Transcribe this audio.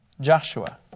Joshua